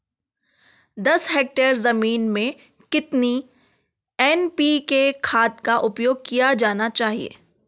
दस हेक्टेयर जमीन में कितनी एन.पी.के खाद का उपयोग किया जाना चाहिए?